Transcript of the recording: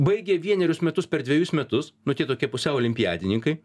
baigė vienerius metus per dvejus metus nu tie tokie pusiau olimpiadininkai